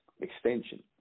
extension